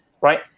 right